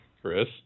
Chris